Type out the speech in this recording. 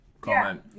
comment